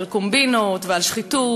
על קומבינות ועל שחיתות,